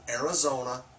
Arizona